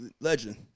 legend